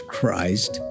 Christ